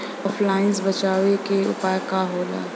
ऑफलाइनसे बचाव के उपाय का होला?